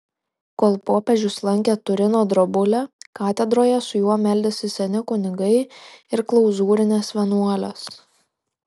kol popiežius lankė turino drobulę katedroje su juo meldėsi seni kunigai ir klauzūrinės vienuolės